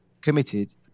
committed